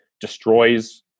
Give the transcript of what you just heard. destroys